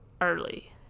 early